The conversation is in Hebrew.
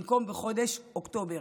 במקום בחודש אוקטובר,